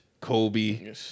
Kobe